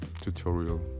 tutorial